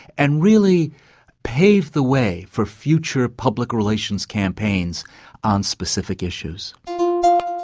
and really paved the way for future public relations campaigns on specific issues.